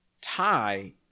tie